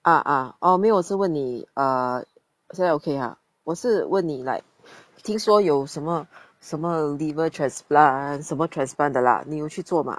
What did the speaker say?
ah ah oh 没有我是问你 err 现在 okay ah 我是问你 like 听说有什么什么 liver transplant 什么 transplant 的 lah 你有去做吗